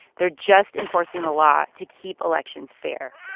they're just enforcing the law to keep elections fair.